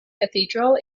cathedral